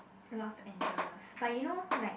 ya lor enjoy but you know like